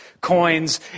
coins